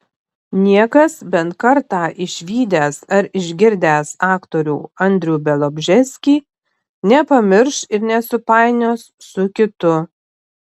niekas bent kartą išvydęs ar išgirdęs aktorių andrių bialobžeskį nepamirš ir nesupainios su kitu